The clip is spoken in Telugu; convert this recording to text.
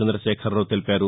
చంద్రదశేఖరరావు తెలిపారు